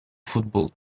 football